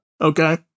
Okay